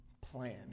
plan